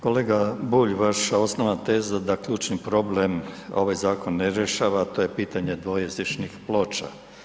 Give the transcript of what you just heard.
Kolega Bulj, vaša osnovna teza da ključni problem ovaj zakon ne rješava, to je pitanje dvojezičnih ploča.